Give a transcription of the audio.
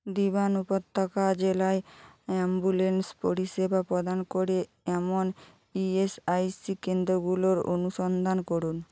দিবান উপত্যকা জেলায় অ্যাম্বুলেন্স পরিষেবা প্রদান করে এমন ইএসআইসি কেন্দ্রগুলোর অনুসন্ধান করুন